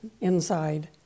inside